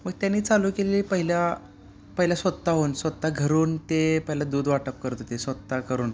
मग त्यांनी चालू केले पहिला पहिला स्वत हून स्वत घरून ते पहिला दूध वाटप करत होते स्वत करून